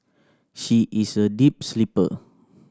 she is a deep sleeper